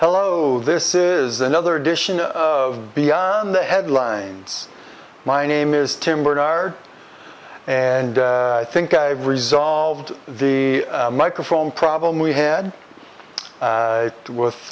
hello this is another edition of beyond the headlines my name is tim bernard and i think i've resolved the microphone problem we had